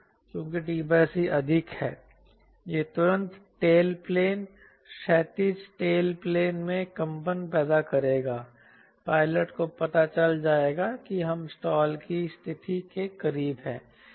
क्योंकि t c अधिक है यह तुरंत टेल प्लेन क्षैतिज टेल प्लेन में कंपन पैदा करेगा पायलट को पता चल जाएगा कि हम स्टाल की स्थिति के करीब हैं